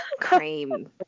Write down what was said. cream